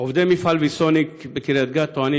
עובדי מפעל ויסוניק בקריית גת טוענים